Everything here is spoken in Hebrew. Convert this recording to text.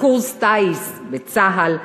בקורס טיס בצה"ל,